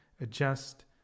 adjust